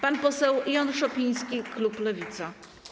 Pan poseł Jan Szopiński, klub Lewica.